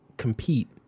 compete